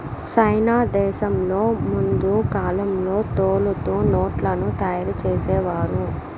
సైనా దేశంలో ముందు కాలంలో తోలుతో నోట్లను తయారు చేసేవారు